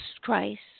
Christ